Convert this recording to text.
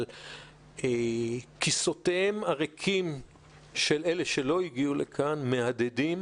אבל כסאותיהם הריקים של אלה שלא הגיעו לכאן מהדהדים